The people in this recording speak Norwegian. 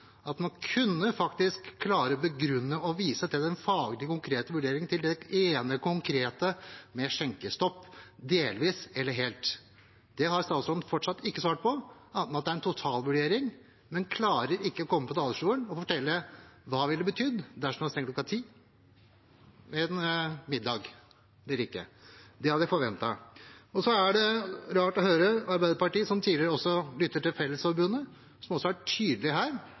kunne hun faktisk klare å begrunne og vise til den konkrete faglige vurderingen av det ene konkrete med skjenkestopp, delvis eller helt. Det har statsråden fortsatt ikke svart på, annet enn å si at det er en totalvurdering, men hun klarer ikke å komme på talerstolen og fortelle hva det ville betydd dersom man stengte kl. 22, med en middag eller ikke. Det hadde vi forventet. Så er det rart å høre Arbeiderpartiet, som tidligere lyttet til Fellesforbundet, som også er tydelig her